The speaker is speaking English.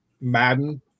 Madden